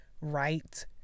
right